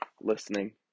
listening